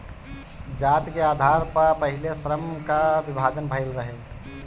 जाति के आधार पअ पहिले श्रम कअ विभाजन भइल रहे